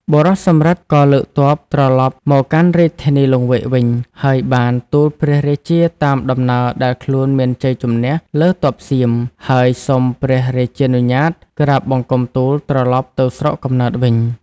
បុរសសំរិទ្ធក៏លើកទ័ព ត្រឡប់មកកាន់រាជធានីលង្វែកវិញ ហើយបានទូលព្រះរាជាតាមដំណើរដែលខ្លួនមានជ័យជម្នះលើទ័ពសៀម ហើយសុំព្រះរាជានុញ្ញាតក្រាបបង្គំទូលត្រឡប់ទៅស្រុកកំណើតវិញ ។